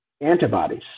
antibodies